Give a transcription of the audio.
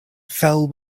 fell